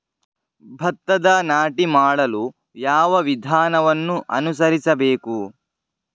ಭತ್ತದ ನಾಟಿ ಮಾಡಲು ಯಾವ ವಿಧಾನವನ್ನು ಅನುಸರಿಸಬೇಕು?